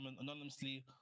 anonymously